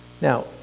Now